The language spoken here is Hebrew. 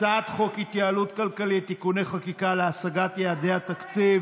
הצעת חוק התייעלות כלכלית (תיקוני חקיקה להשגת יעדי התקציב